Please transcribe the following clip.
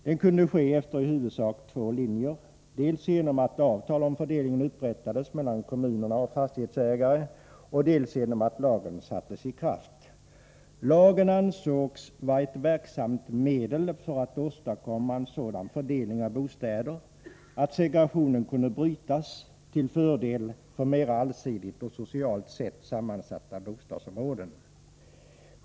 Det kunde ske efter i huvudsak två linjer, dels genom att avtal om fördelningen upprättades mellan kommunerna och fastighetsägare, dels genom att lagen sattes i kraft. Lagen ansågs vara ett verksamt medel för att åstadkomma en sådan fördelning av bostäder att segregationen kunde brytas till fördel för mera allsidigt och socialt sett sammansatta bostadsområden.